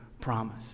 promise